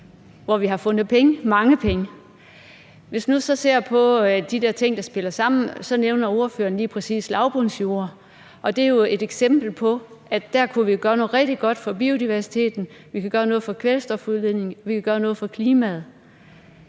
hvor vi har fundet penge, mange penge. Hvis vi nu ser på de der ting, der spiller sammen, så nævner ordføreren lige præcis lavbundsjorder, og det er jo et eksempel på, at der kan vi gøre noget rigtig godt for biodiversiteten, vi kan gøre noget for kvælstofudledningen, og vi kan gøre noget for klimaet.